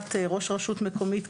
בהסכמת ראש רשות מקומית,